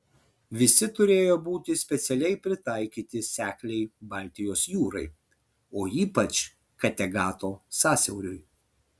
visi turėjo būti specialiai pritaikyti sekliai baltijos jūrai o ypač kategato sąsiauriui